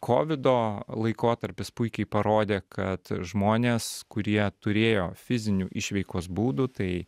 kovido laikotarpis puikiai parodė kad žmonės kurie turėjo fizinių išveikos būdų tai